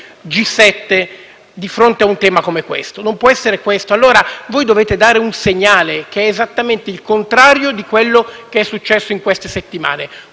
G7 di fronte a un tema come questo. Non può essere questo. Voi dovete dare un segnale che sia esattamente il contrario di ciò che è accaduto in queste settimane,